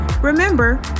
Remember